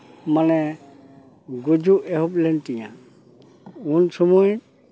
ᱢᱟᱱᱮ ᱜᱩᱡᱩᱜ ᱮᱦᱚᱵ ᱞᱮᱱ ᱛᱤᱧᱟᱹ ᱩᱢ ᱥᱚᱢᱚᱭ